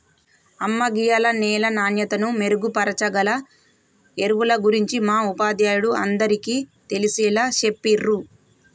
అమ్మ గీయాల నేల నాణ్యతను మెరుగుపరచాగల ఎరువుల గురించి మా ఉపాధ్యాయుడు అందరికీ తెలిసేలా చెప్పిర్రు